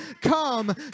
come